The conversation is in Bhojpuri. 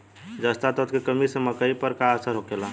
जस्ता तत्व के कमी से मकई पर का असर होखेला?